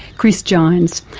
chris gines,